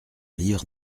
livre